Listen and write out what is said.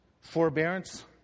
Forbearance